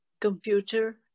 computer